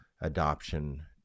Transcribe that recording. adoption